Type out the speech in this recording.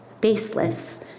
Baseless